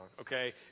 okay